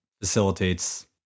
facilitates